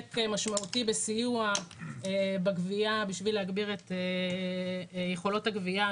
משמעותי בסיוע בגבייה בשביל להגביר את יכולות הגבייה,